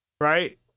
right